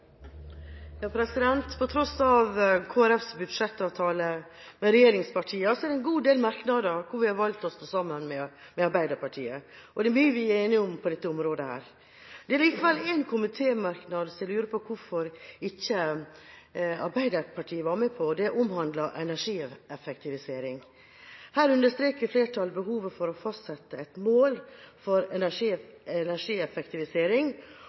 det en god del merknader der vi har valgt å stå sammen med Arbeiderpartiet, og det er mye vi er enige om på dette området. Det er likevel én komitémerknad som jeg lurer på hvorfor ikke Arbeiderpartiet var med på, og det omhandler energieffektivisering. Her understreker flertallet behovet for å fastsette et mål for energieffektivisering